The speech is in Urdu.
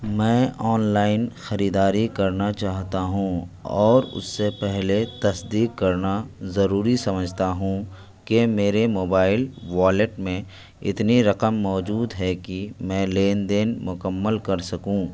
میں آن لائن خریداری کرنا چاہتا ہوں اور اس سے پہلے تصدیق کرنا ضروری سمجھتا ہوں کہ میرے موبائل والیٹ میں اتنی رقم موجود ہے کہ میں لین دین مکمل کر سکوں